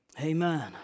Amen